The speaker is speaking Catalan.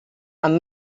amb